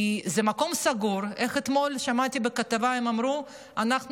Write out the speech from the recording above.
כי זה מקום סגור, איך אתמול שמעתי שהם אמרו בכתבה?